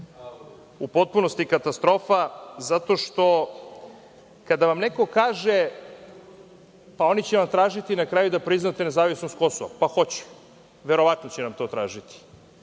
U potpunosti katastrofa, zato što kada vam neko kaže – pa oni će vam tražiti na kraju da priznate nezavisnost Kosova, pa hoće. Verovatno će nam to tražiti,